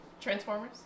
Transformers